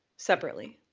separately.